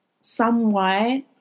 somewhat